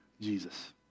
Jesus